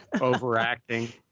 overacting